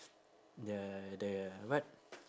the the what